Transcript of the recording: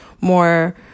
more